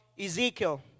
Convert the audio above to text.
Ezekiel